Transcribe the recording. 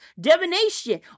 divination